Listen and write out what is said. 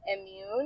immune